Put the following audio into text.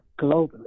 globally